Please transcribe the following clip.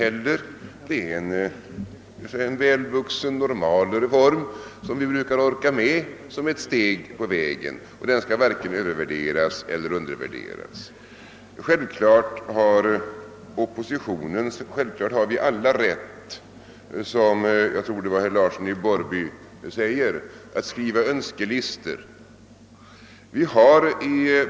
Det är en välvuxen, normal reform, som vi brukar orka med som ett steg på vägen, och den bör varken övervärderas eller undervärderas. Självklart har vi alla rätt att skriva önskelistor, som jag tror att herr Larsson i Borrby sade.